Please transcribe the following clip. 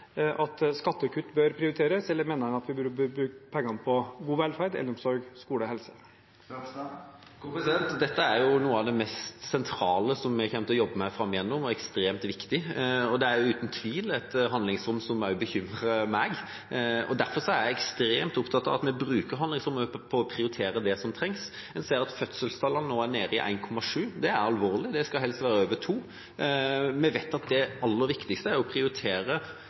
at skattekutt bør prioriteres innenfor dette handlingsrommet, som er null etter at de vedtatte planene gjennomføres, eller mener han at vi burde brukt pengene på god velferd, eldreomsorg, skole og helse? Dette er jo noe av det mest sentrale vi kommer til å jobbe med framover, og ekstremt viktig. Det er uten tvil et handlingsrom som også bekymrer meg. Derfor er jeg ekstremt opptatt av at vi bruker handlingsrommet til å prioritere det som trengs. Vi ser at fødselstallene nå er nede i 1,7. Det er alvorlig, de skal helst være over 2. Vi vet at det aller viktigste er å prioritere